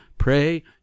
Pray